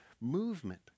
movement